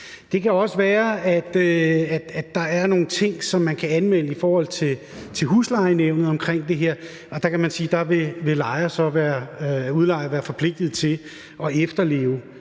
Det kan også være, at der er nogle ting, man kan anvende i forhold til huslejenævnet, omkring det her, og der kan man sige, at der vil udlejer så være forpligtet til at efterleve